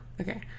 Okay